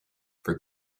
for